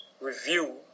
review